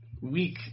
week